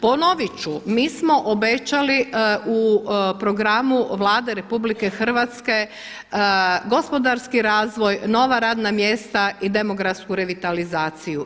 Ponovit ću, mi smo obećali u programu Vlade RH gospodarski razvoj, nova radna mjesta i demografsku revitalizaciju.